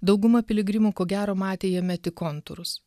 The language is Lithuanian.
dauguma piligrimų ko gero matė jame tik kontūrus